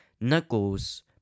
Knuckles